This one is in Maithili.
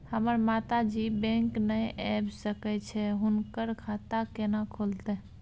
हमर माता जी बैंक नय ऐब सकै छै हुनकर खाता केना खूलतै?